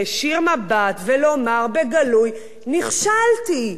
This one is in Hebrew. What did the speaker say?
להישיר מבט ולומר בגלוי: נכשלתי.